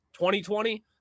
2020